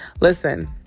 listen